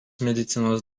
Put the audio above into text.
medicinos